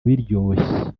biryoshye